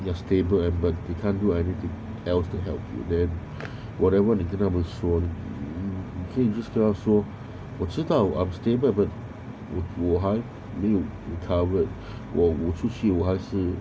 you are stable and but they can't do anything else to help you then whatever 你跟他们说你可以 just 跟他说我知道 I'm stable but 我我还没有 recovered 我我出去我还是